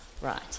right